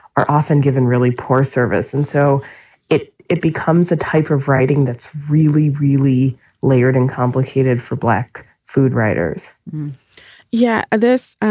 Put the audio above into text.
are often given really poor service. and so it it becomes a type of writing that's really, really layered and complicated for black food writers yeah this